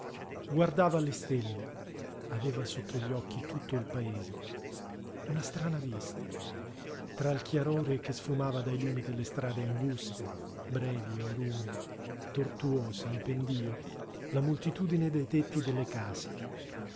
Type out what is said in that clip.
guardava le stelle aveva sotto gli occhi tutto il paese una strana vista tra il chiarore che sfumava dai lumi delle strade anguste brevi o lunghe tortuose in pendío la moltitudine dei tetti delle case